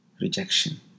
rejection